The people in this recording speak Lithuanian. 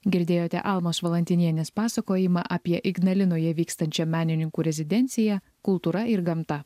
girdėjote almos valantinienės pasakojimą apie ignalinoje vykstančią menininkų rezidenciją kultūra ir gamta